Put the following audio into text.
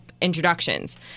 introductions